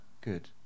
good